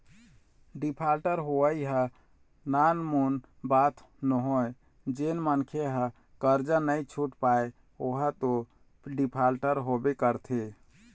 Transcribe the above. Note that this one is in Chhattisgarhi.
डिफाल्टर होवई ह नानमुन बात नोहय जेन मनखे ह करजा नइ छुट पाय ओहा तो डिफाल्टर होबे करथे